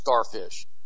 starfish